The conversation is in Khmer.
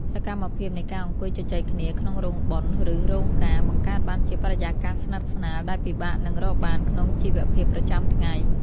សកម្មភាពនៃការអង្គុយជជែកគ្នាក្នុងរោងបុណ្យ ឬរោងការ បង្កើតបានជាបរិយាកាសស្និទ្ធស្នាលដែលពិបាកនឹងរកបានក្នុងជីវភាពប្រចាំថ្ងៃ។